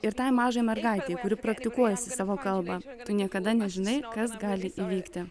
ir tai mažai mergaitei kuri praktikuojasi savo kalbą tu niekada nežinai kas gali įvykti